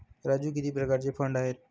राजू किती प्रकारचे फंड आहेत?